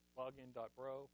login.bro